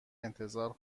انتظار